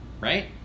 Right